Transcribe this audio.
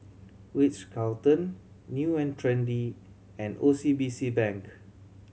Ritz Carlton New and Trendy and O C B C Bank